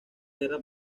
guerra